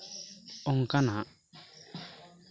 ᱚᱱᱠᱟᱱᱟᱜ